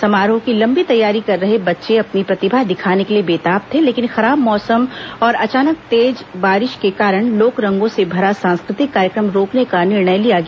समारोह की लंबी तैयारी कर रहे बच्चे अपनी प्रतिभा दिखाने के लिए बेताब थे लेकिन खराब मौसम और अचानक तेज बारिश के कारण लोकरंगों से भरा सांस्कृतिक कार्यक्रम रोकने का निर्णय लिया गया